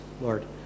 Lord